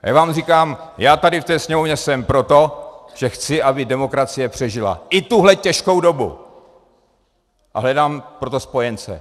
A já vám říkám, já tady v té Sněmovně jsem proto, že chci, aby demokracie přežila i tuhle těžkou dobu, a hledám pro to spojence.